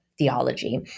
Theology